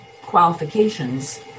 qualifications